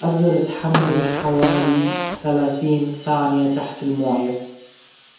اجدر اتحمل حوالي ثلاثين ثانية تحت الموية